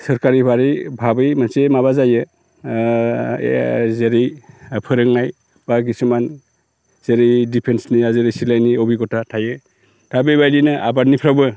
सोरखारि भाबै मोनसे माबा जायो ओ जेरै फोरोंनाय बा किसुमान जेरै डिफेन्सनिया जेरै सिलायनि अबिगथा थायो दा बेबायदिनो आबादनिफ्रावबो